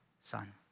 Son